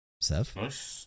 Sev